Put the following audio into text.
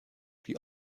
die